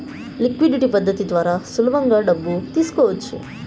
liquidity పద్ధతి ద్వారా సులభంగా డబ్బు తీసుకోవచ్చు